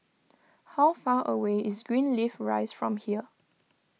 how far away is Greenleaf Rise from here